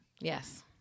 Yes